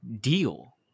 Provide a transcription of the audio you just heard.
deal